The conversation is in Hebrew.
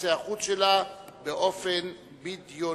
יחסי החוץ שלה באופן בדיוני.